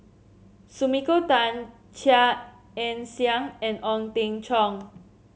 Sumiko Tan Chia Ann Siang and Ong Teng Cheong